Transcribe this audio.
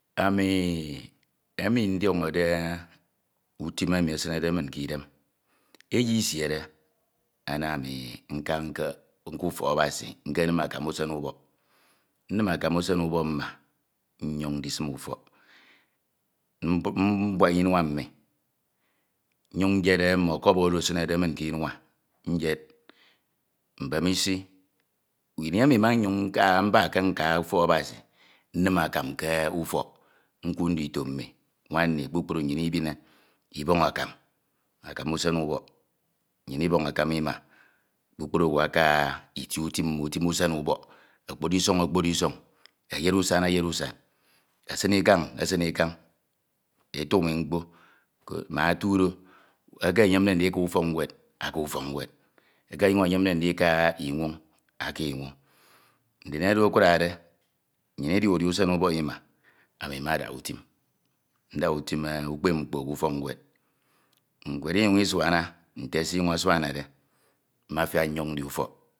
Ami emi ndiọñọde utim emi esinede min ƙidem, eyi isiene ana ami nka nke, nka ufọk Abasi nka nkenim akam usen ubọk nnim akan usen ubọk mma nnyoñ ndisim ufọk mbuaba inua mmi nnyoñ nyed mme cup oro esinede min ke inua nyed mbenisi, ini eni mmebakke nka ufọk Abasi nnin akam ke ufọk nkud ndito mmi nwan nni kpukpru nnyin imine ibọñ akam usen ubọk, nnyin ibọñ akam una kpukpru owu aka utim utim mmo utim usen ubọk okpori isọñ. eyed usan eyed usan esin ikañ esin ikañ. etumi mkpo mbak otudo eke eyemde nidika ufọk ñwed aka ufọk ñwed, eke ọnguñ eyemde ndika inwiñ aka inwoñ. Ndin oro akurade, nnyin idia udia usen ubọk ima, ami mada uture ndaha utim ukpep mkpo ike ufọk nweda. Ewedi isana nte esinyu asuanade mafiak nyoñ ndi ufọk mbak otu do nsuhọ